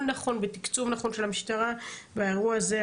נכון ובתקצוב נכון של המשטרה באירוע הזה,